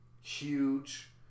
huge